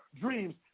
dreams